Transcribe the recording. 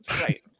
Right